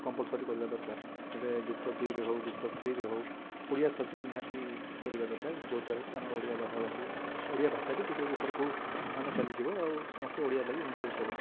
compulsory କରିବା ଦରକାର ଏବେ ଯୁକ୍ତ ଦୁଇରେ ହଉ ଯୁକ୍ତ ଥ୍ରୀରେ ହଉ ଓଡ଼ିଆ ସବଜେକ୍ଟ ନିହାତି କରିବା ଦରକାର ଯଦ୍ୱାରା କି ଆମର ଓଡ଼ିଆ ଭାଷା ଭାଷୀ ଓଡ଼ିଆ ଭାଷା ବି ଟିକେ ଉପରକୁ ମାନେ ଚାଲିଯିବ ଆଉ ସମସ୍ତେ ଓଡ଼ିଆର ଲାଗି ହେବେ